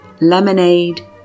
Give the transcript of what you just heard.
lemonade